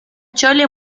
chole